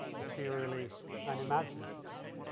materially and imaginatively.